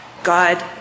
God